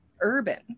urban